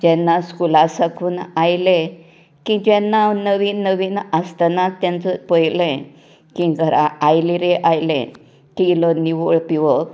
जेन्ना स्कुला साकून आयलें की तेन्ना हांन नवीन नवीन आसतना तेंचो पळयलें की घरां आयले रे आयलें की इल्लो निवळ पिवप